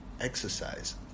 exercise